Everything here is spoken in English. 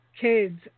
kids